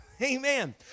Amen